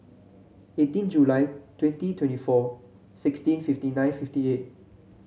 eighteen July twenty twenty four sixteen fifty nine fifty eight